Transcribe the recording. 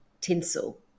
tinsel